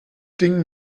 ding